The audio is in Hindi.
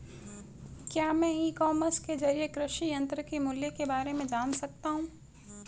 क्या मैं ई कॉमर्स के ज़रिए कृषि यंत्र के मूल्य में बारे में जान सकता हूँ?